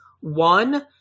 One